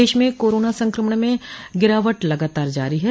प्रदेश में कोरोना संक्रमण में गिरावट लगातार जारी है